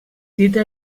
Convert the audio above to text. dita